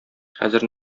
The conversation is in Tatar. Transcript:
хәзер